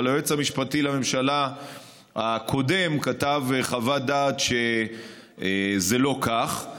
אבל היועץ המשפטי לממשלה הקודם כתב חוות דעת שזה לא כך,